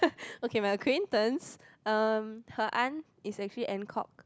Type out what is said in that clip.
okay my acquaintance um her aunt is actually Ann-Kok